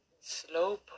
Slow